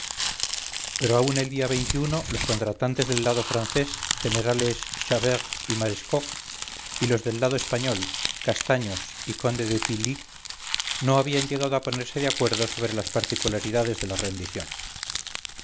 pero aún el día los contratantes del lado francés generales chabert y marescot y los del lado español castaños y conde de tilly no habían llegado a ponerse de acuerdo sobre las particularidades de la rendición